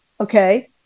Okay